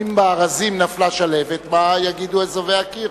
אם בארזים נפלה שלהבת מה יגידו אזובי הקיר?